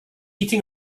eating